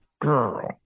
girl